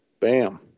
Bam